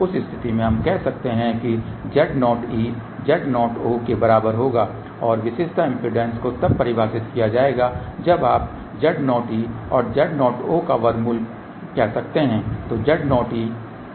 उस स्थिति में हम कह सकते हैं कि Z0e Z0o के बराबर होगा और विशेषता इम्पीडेन्स को तब परिभाषित किया जाएगा जब आप Z0e और Z0o का वर्गमूल कह सकते हैं